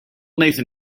nathan